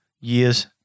years